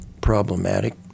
problematic